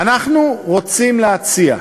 אנחנו רוצים להציע שבעצם,